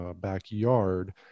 backyard